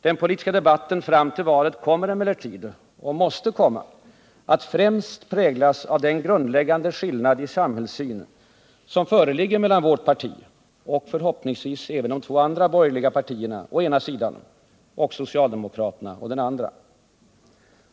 Den politiska debatten fram till valet kommer emellertid — och måste komma — att främst präglas av den grundläggande skillnad i samhällssyn som föreligger mellan vårt parti, och förhoppningsvis även de två andra borgerliga partierna, å ena sidan och socialdemokraterna å den andra.